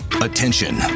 attention